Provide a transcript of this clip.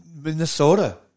Minnesota